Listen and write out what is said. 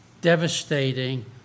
devastating